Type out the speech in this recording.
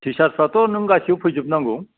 टिसार्सफ्राथ' नों गासिबो फैजोब नांगौ